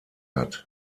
hat